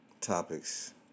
Topics